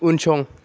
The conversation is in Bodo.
उनसं